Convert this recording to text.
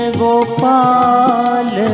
gopal